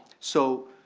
so,